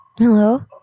Hello